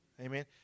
Amen